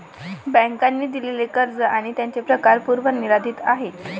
बँकांनी दिलेली कर्ज आणि त्यांचे प्रकार पूर्व निर्धारित आहेत